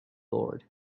board